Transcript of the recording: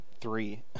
three